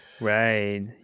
Right